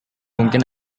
mungkin